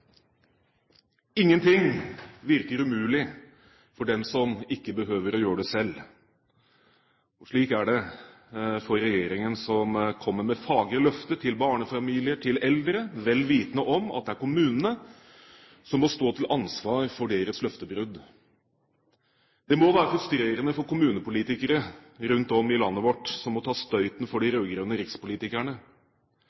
ting virker umulig for den som ikke behøver å gjøre det selv. Slik er det for regjeringen, som kommer med fagre løfter til barnefamilier og til eldre, vel vitende om at det er kommunene som må stå til ansvar for deres løftebrudd. Det må være frustrerende for kommunepolitikere rundt om i landet vårt som må ta støyten for de